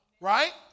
Right